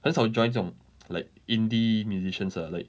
很少 join 这种 like indie musicians ah like